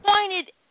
Pointed